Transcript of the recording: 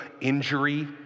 injury